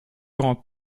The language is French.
grande